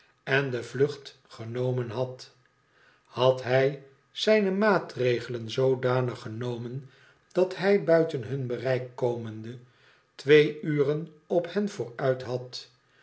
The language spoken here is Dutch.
en de vlucht genomen had had hij zijne maatregelen zoodanig genomen dat hij buiten hun bereik komende twee uren op hep vooruit had